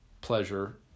pleasure